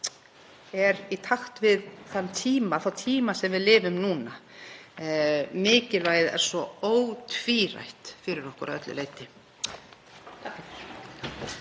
er í takt við þá tíma sem við lifum núna. Mikilvægið er svo ótvírætt fyrir okkur að öllu leyti.